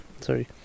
Sorry